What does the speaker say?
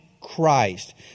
Christ